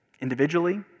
individually